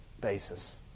basis